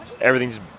everything's